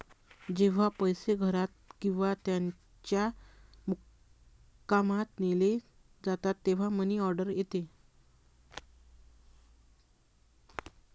जेव्हा पैसे घरात किंवा त्याच्या मुक्कामात नेले जातात तेव्हा मनी ऑर्डर येते